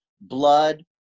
blood